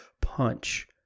punch